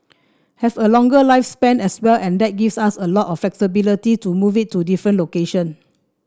have a longer lifespan as well and that gives us a lot of flexibility to move it to different location